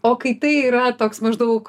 o kai tai yra toks maždaug